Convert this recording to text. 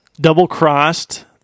double-crossed